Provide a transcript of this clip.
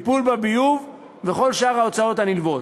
טיפול בביוב וכל שאר ההוצאות הנלוות.